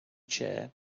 chair